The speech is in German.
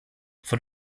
von